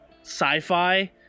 sci-fi